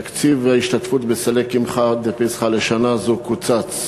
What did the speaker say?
תקציב ההשתתפות בסלי קמחא דפסחא לשנה זו קוצץ.